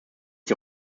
die